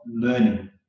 learning